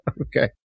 Okay